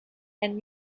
and